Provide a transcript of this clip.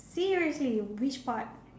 seriously which part